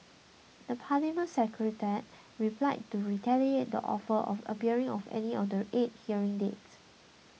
the Parliament Secretariat replied to reiterate the offer of appearing on any of the eight hearing dates